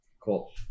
Cool